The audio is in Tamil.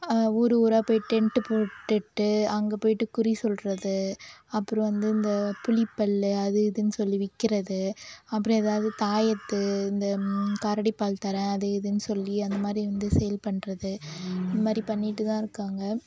ஊர் ஊராக போய் டென்ட்டு போட்டுகிட்டு அங்கே போயிவிட்டு குறி சொல்லுறது அப்புறோம் வந்து இந்த புலி பல்லு அது இதுன்னு சொல்லி விற்கிறது அப்புறம் எதாவது தாயத்து இந்த கரடி பல் தரேன் அது இதுன்னு சொல்லி அந்த மாரி வந்து சேல் பண்ணுறது இந்த மாரி பண்ணிட்டு தான் இருக்காங்க